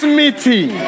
meeting